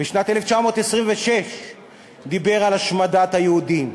משנת 1926 דיבר על השמדת היהודים,